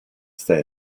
stai